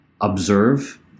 observe